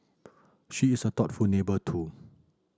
she is a thoughtful neighbour too